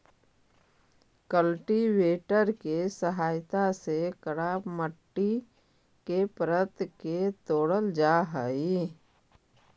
cultivator के सहायता से कड़ा मट्टी के परत के तोड़ल जा हई